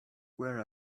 where